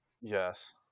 Yes